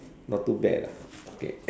not too bad lah okay